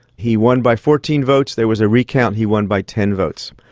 he won by fourteen votes. there was a recount, he won by ten votes.